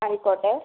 ആയിക്കോട്ടെ